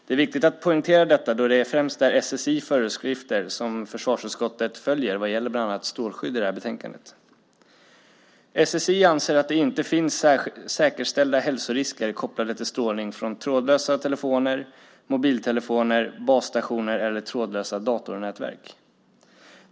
Det är viktigt att poängtera detta, då det främst att SSI:s föreskrifter som försvarsutskottet följer i betänkandet när det gäller bland annat strålskydd. SSI anser att det inte finns säkerställda hälsorisker kopplade till strålning från trådlösa telefoner, mobiltelefoner, basstationer eller trådlösa datornätverk.